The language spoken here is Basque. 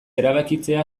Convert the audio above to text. erabakitzea